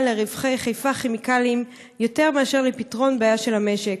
לרווחי חיפה כימיקלים יותר מאשר לפתרון בעיה של המשק.